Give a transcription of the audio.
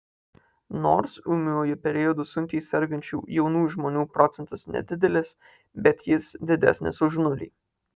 nors ūmiuoju periodu sunkiai sergančių jaunų žmonių procentas nedidelis bet jis didesnis už nulį